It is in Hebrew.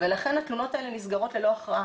ולכן התלונות האלה נסגרות ללא הכרעה.